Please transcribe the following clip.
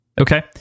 Okay